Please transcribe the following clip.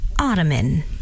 Ottoman